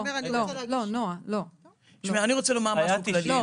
היו 90,